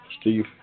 Steve